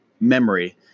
memory